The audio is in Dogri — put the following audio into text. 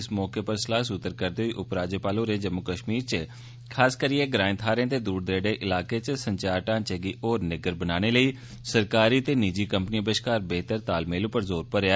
इस मौके उप्पर सलाह् सुत्तर करदे होई उपराज्यपाल होरें जम्मू कष्मीर च खासकरियै ग्राएं थाहरें ते दूर दरेडे इलाकें च संचार ढांचे गी होर निग्गर बनाने लेई सरकारी ते निजी कंपनिएं बष्कार बेह्तर तालमेल उप्पर जोर भरेआ